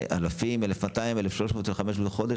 לאלפים, ל-1,200, 1300, בחודש.